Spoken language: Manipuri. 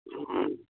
ꯎꯝ